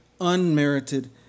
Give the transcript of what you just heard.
unmerited